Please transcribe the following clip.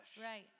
Right